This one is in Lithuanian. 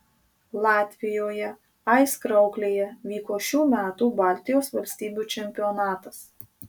latvijoje aizkrauklėje vyko šių metų baltijos valstybių čempionatas